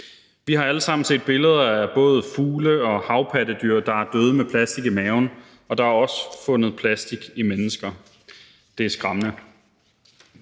Vi har alle sammen set billeder af både fugle og havpattedyr, der er døde med plastik i maven, og der er også fundet plastik i mennesker. Det er skræmmende.